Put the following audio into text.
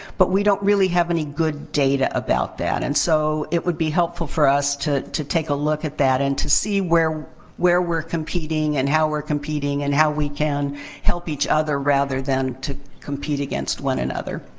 but we don't really have any good data about that. and so, it would be helpful for us to to take a look at that and to see where where we're competing and how we're competing and how we can help each other, rather than to compete against one another.